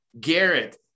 Garrett